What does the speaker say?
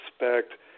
respect